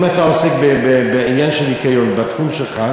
אם אתה עוסק בעניין של ניקיון בתחום שלך,